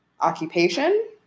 occupation